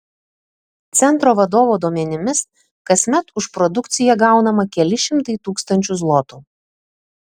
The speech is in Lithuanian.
centro vadovo duomenimis kasmet už produkciją gaunama keli šimtai tūkstančių zlotų